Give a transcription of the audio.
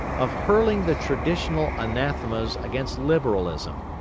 of hurling the traditional anathemas against liberalism,